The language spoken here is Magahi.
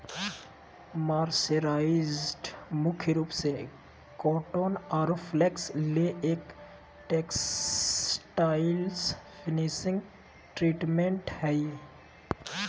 मर्सराइज्ड मुख्य रूप से कॉटन आरो फ्लेक्स ले एक टेक्सटाइल्स फिनिशिंग ट्रीटमेंट हई